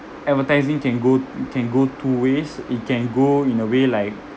advertising can go can go two ways it can go in a way like